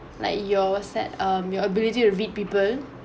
like your set um your ability to read people